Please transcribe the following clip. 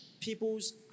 people's